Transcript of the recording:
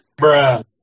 Bruh